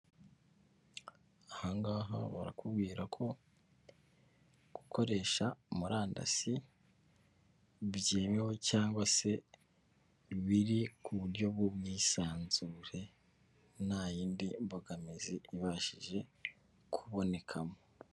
Aha ngaha barakubwira ko gukoresha murandasi byemewe cyangwa se biri ku buryo bw'ubwisanzure ntayindi mbogamizi ibashije kubonekamo.